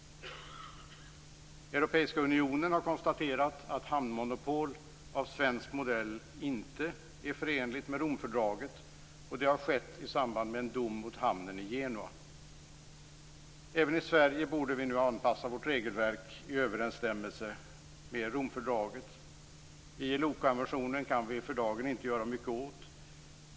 Europeiska unionen har konstaterat att hamnmonopol av svensk modell inte är förenligt med Romfördraget. Det har skett i samband med en dom mot hamnen i Genua. Även i Sverige borde vi nu anpassa vårt regelverk i överensstämmelse med romfördraget. ILO-konventionen kan vi för dagen inte göra mycket åt.